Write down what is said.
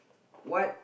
what